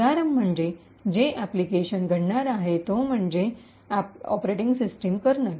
उदाहरण म्हणजे जो अनुप्रयोग अॅप्लिकेशन application घडणार आहे तो म्हणजे ऑपरेटिंग सिस्टम कर्नल